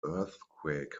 earthquake